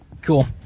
Cool